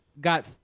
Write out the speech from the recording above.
got